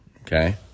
okay